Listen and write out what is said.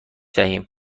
دهیم